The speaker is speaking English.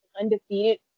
undefeated